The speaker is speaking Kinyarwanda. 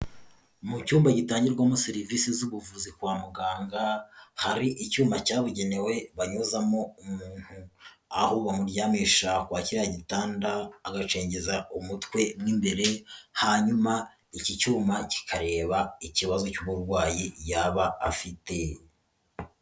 Mu cyumba gitangirwamo serivisi z'ubuvuzi kwa muganga hari icyuma cyabugenewe banyuzamo umuntu, aho bamuryamisha kwa kiriya gitanda agacengeza umutwe mo imbere hanyuma iki cyuma kikareba ikibazo cy'uburwayi yaba afite.